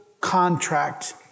contract